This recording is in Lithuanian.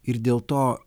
ir dėl to